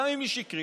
גם אם היא שקרית,